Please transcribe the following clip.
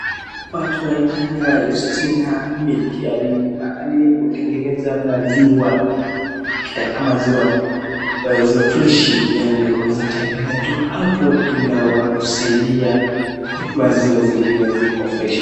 Hapa tunaitanga YUSTINA MILK.Yani ni mahali ya kutengeneza maziwa. Ukitaka maziwa freshi yani unaeza te, belea tu hapo ingawa wanakusaidi maziwa zingine ziko freshi .